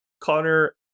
Connor